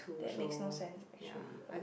that makes no sense actually but